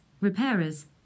repairers